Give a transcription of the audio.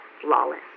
flawless